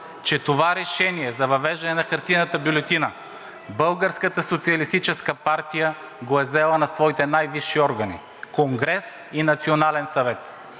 че това решение за въвеждане на хартиената бюлетина „Българската социалистическа партия“ го е взела на своите най-висши органи – Конгрес и Национален съвет.